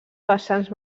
vessants